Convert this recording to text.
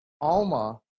Alma